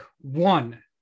one